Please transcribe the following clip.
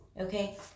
okay